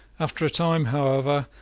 after a time, however,